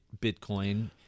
Bitcoin